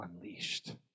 unleashed